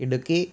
Idukki